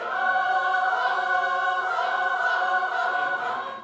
ah